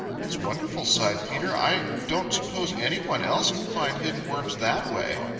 it's wonderful, sighed peter. i don't suppose any one else can find hidden worms that way.